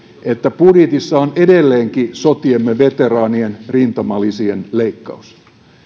että budjetissa on edelleenkin sotiemme veteraanien rintamalisien leikkaus